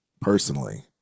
personally